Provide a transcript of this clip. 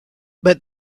but